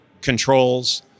controls